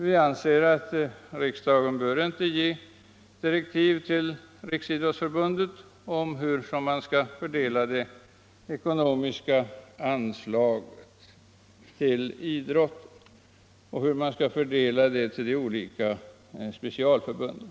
Vi anser det nämligen inte vara riktigt att riksdagen ger Riksidrottsförbundet några direktiv om idrottsanslagets fördelning på de olika specialförbunden.